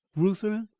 reuther,